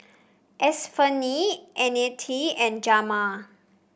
Estefany Nannette and Jamaal